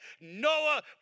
Noah